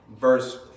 verse